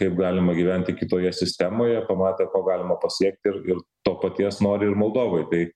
kaip galima gyventi kitoje sistemoje pamatė ko galima pasiekt ir ir to paties nori ir moldovai bei